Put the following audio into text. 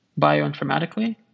Bioinformatically